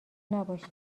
نباشه